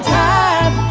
time